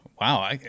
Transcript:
Wow